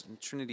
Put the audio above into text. Trinity